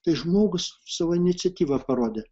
tai žmogus savo iniciatyvą parodė